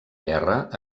guerra